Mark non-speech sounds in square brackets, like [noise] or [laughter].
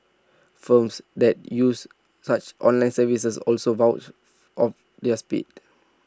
firms that use such online services also vouch [noise] of their speed